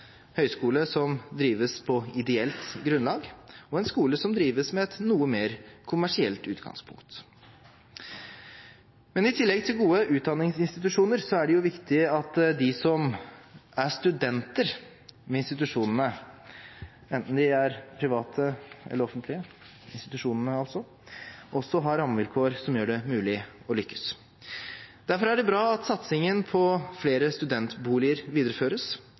høyskole som drives på ideelt grunnlag, og en skole som drives med et noe mer kommersielt utgangspunkt. I tillegg til gode utdanningsinstitusjoner er det viktig at de som er studenter ved institusjonene, enten det er private eller offentlige, også har rammevilkår som gjør det mulig å lykkes. Derfor er det bra at satsingen på flere studentboliger videreføres,